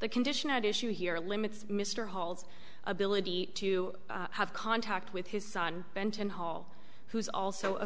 the condition at issue here limits mr hall's ability to have contact with his son benton hall who is also a